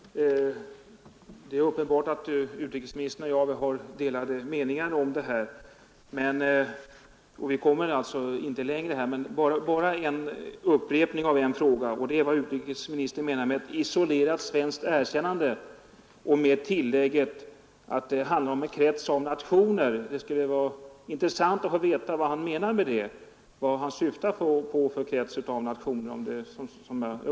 Herr talman! Det är uppenbart att utrikesministern och jag har delade meningar i denna fråga, och vi kommer alltså inte längre. Jag vill bara upprepa en fråga: Vad menar utrikesministern med ett isolerat svenskt erkännande med tillägget att det handlar om en krets av nationer? Vad syftar utrikesministern på för krets av nationer?